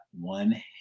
one